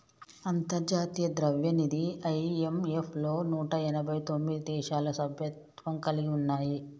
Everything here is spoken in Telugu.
అంతర్జాతీయ ద్రవ్యనిధి ఐ.ఎం.ఎఫ్ లో నూట ఎనభై తొమ్మిది దేశాలు సభ్యత్వం కలిగి ఉన్నాయి